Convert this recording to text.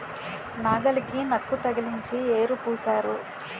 నాగలికి నక్కు తగిలించి యేరు పూశారు